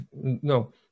no